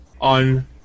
on